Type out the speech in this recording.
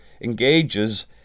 engages